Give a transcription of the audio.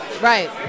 Right